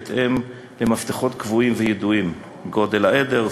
בהתאם למפתחות קבועים וידועים: גודל העדר,